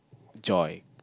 joy